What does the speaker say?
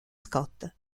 scott